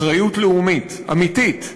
אחריות לאומית אמיתית,